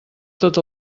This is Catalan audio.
tot